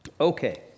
Okay